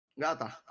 neither